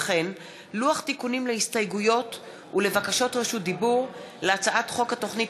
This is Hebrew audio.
וכן לוח תיקונים להסתייגויות ולבקשות רשות דיבור להצעת חוק התוכנית